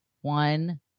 One